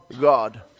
God